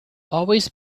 always